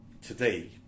Today